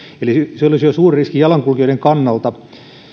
eli se olisi jo suuri riski jalankulkijoiden kannalta